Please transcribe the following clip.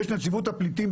יש בישראל נציבות פליטים,